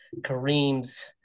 Kareem's